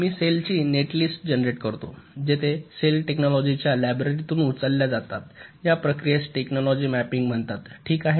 मी सेल्सची netlist generate करतो जिथे सेल्स टेक्नोलॉजीाच्या लायब्ररीतून उचलल्या जातात या प्रक्रियेस टेक्नोलॉजी मॅपिंग म्हणतात ठीक आहे